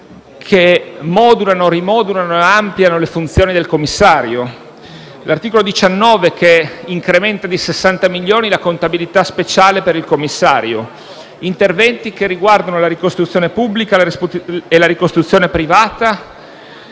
che modulano, rimodulano e ampliano le funzioni del commissario. L’articolo 19 incrementa di 60 milioni di euro la contabilità speciale per il commissario. Vi sono interventi che riguardano la ricostruzione pubblica e la ricostruzione privata,